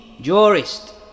jurist